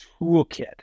toolkit